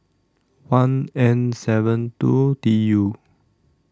one N seven two T U